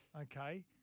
Okay